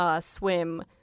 swim